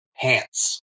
pants